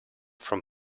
from